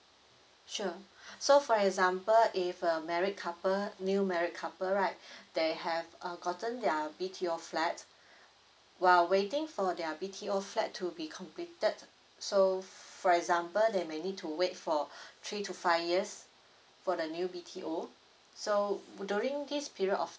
sure so for example if a married couple new married couple right they have uh gotten their B_T_O flat while waiting for their B_T_O flat to be completed so for example they may need to wait for three to five years for the new B_T_O so during this period of